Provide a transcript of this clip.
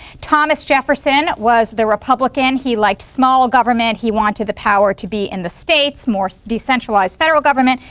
thomas jefferson was the republican he liked small government. he wanted the power to be in the states, more decentralized federal government.